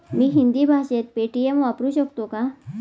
मी हिंदी भाषेत पेटीएम वापरू शकतो का?